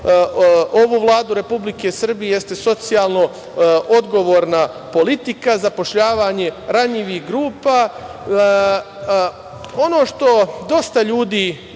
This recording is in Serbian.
ovu Vladu Republike Srbije jeste socijalno odgovorna politika, zapošljavanje ranjivih grupa. Dosta ljudi